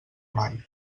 mai